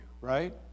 right